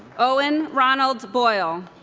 owen ronald boyle